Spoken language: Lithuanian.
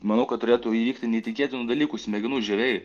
manau kad turėtų įvykti neįtikėtinų dalykų smegenų žievėj